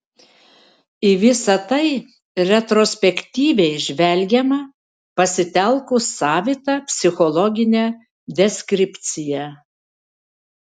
į visa tai retrospektyviai žvelgiama pasitelkus savitą psichologinę deskripciją